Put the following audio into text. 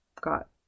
got